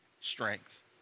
strength